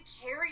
carry